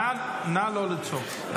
נא לא לצעוק.